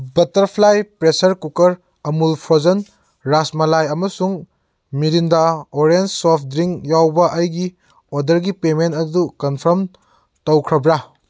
butterfly pressure cooker ꯑꯃꯨꯜ frozen rasmalai ꯑꯃꯁꯨꯡ Mirinda orange soft drink ꯌꯥꯎꯕ ꯑꯩꯒꯤ ꯑꯣꯗꯔꯒꯤ ꯄꯦꯃꯦꯟ ꯑꯗꯨ ꯀꯟꯐꯥꯝ ꯇꯧꯈ꯭ꯔꯕ꯭ꯔꯥ